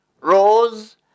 rose